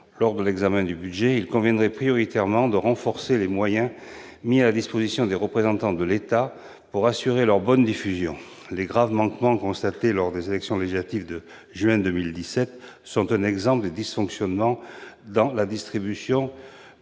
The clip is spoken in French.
lors de l'examen du projet de budget. Il conviendrait prioritairement de renforcer les moyens mis à la disposition des représentants de l'État pour assurer la bonne diffusion de ces documents. Les graves manquements constatés lors des élections législatives de juin 2017 illustrent les dysfonctionnements que subit la distribution